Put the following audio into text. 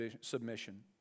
submission